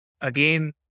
again